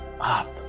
up